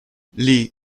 lee